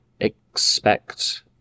expect